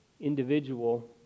individual